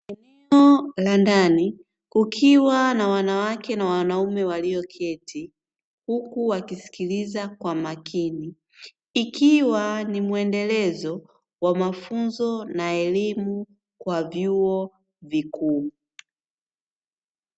Eneo la ndani kukiwa na wanawake na wanaume waliyo keti huku wakisikiliza kwa makini ikiwa ni muendelezo wa mafunzo na elimu kwa vyuo vikuu.